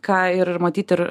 ką ir matyt ir